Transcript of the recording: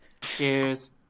Cheers